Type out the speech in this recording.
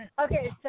Okay